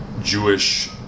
Jewish